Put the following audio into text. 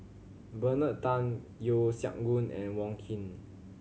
Bernard Tan Yeo Siak Goon and Wong Keen